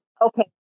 okay